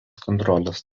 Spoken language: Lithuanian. kontrolės